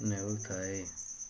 ନେଉଥାଏ